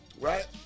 Right